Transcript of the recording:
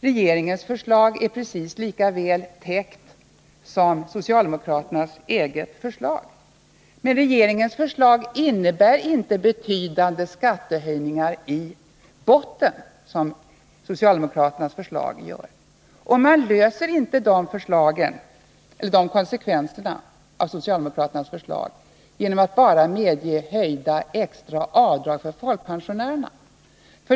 Regeringens förslag är precis lika väl täckt som socialdemokraternas eget förslag, men regeringens förslag innebär inte betydande skattehöjningar i botten, som socialdemokraternas förslag gör. Och man klarar inte konsekvenserna av socialdemokraternas förslag genom att bara medge höjda extra avdrag för folkpensionärerna.